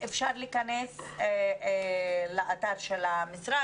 אפשר להיכנס לאתר של המשרד.